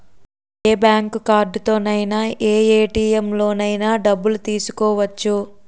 ఏ bank కార్డుతోనైన ఏ ATM లోనైన డబ్బులు తీసుకోవచ్చు